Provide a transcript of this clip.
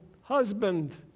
husband